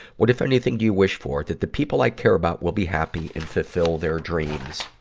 what, if anything, do you wish for? that the people i care about will be happy and fulfill their dreams.